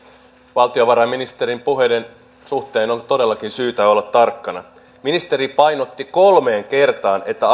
valtiovarainministerin puheiden suhteen on todellakin syytä olla tarkkana ministeri painotti kolmeen kertaan että